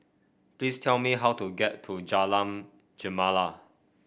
please tell me how to get to Jalan Gemala